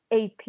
AP